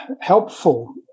helpful